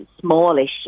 smallish